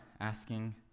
asking